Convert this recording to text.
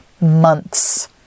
months